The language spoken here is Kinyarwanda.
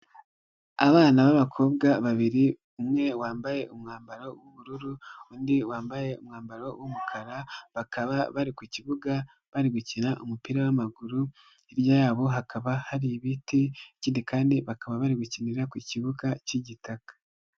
Abana b'abakobwa babiri, umwe wambaye umwambaro w'ubururu, undi wambaye umwambaro w'umukara bakaba bari ku kibuga bari gukina umupira w'amaguru, hirya yabo hakaba hari ibiti, ikindi kandi bakaba bari gukinira ku kibuga cy'igitaka.